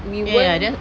ni pun